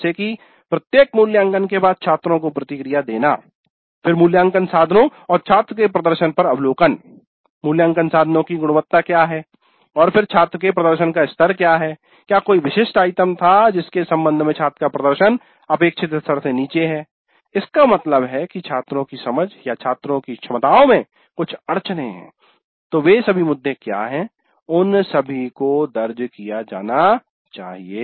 जैसे की प्रत्येक मूल्यांकन के बाद छात्रों को प्रतिक्रिया देना फिर मूल्यांकन साधनों और छात्र के प्रदर्शन पर अवलोकन मूल्यांकन साधनों की गुणवत्ता क्या है और फिर छात्र के प्रदर्शन का स्तर क्या है क्या कोई विशिष्ट आइटम था जिसके संबंध में छात्र का प्रदर्शन अपेक्षित स्तर से नीचे है इसका मतलब है कि छात्रों की समझ या छात्रों की क्षमताओं में कुछ अड़चनें हैं तो वे सभी मुद्दे क्या हैं उन सभी को दर्ज किया जाना चाहिए